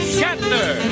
Shatner